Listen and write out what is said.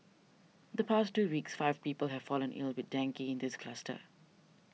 in the past two weeks five people have fallen ill with dengue in this cluster